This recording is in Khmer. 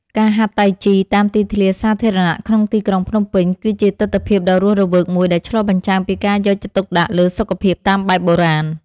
ការហាត់តៃជីតាមទីធ្លាសាធារណៈក្នុងទីក្រុងភ្នំពេញ គឺជាទិដ្ឋភាពដ៏រស់រវើកមួយដែលឆ្លុះបញ្ចាំងពីការយកចិត្តទុកដាក់លើសុខភាពតាមបែបបុរាណ។